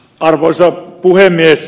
arvoisa puhemies